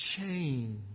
change